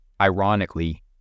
Ironically